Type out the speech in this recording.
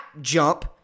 jump